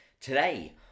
Today